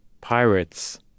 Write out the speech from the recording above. pirates